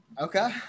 okay